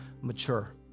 mature